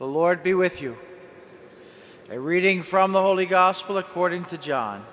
the lord be with you a reading from the holy gospel according to john